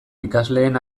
ikasleen